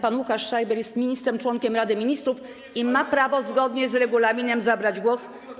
Pan Łukasz Schreiber jest ministrem - członkiem Rady Ministrów i ma prawo zgodnie z regulaminem zabrać głos.